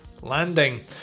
landing